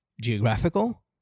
geographical